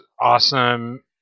awesome